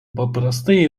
paprastai